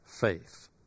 faith